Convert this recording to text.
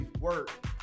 work